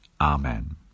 Amen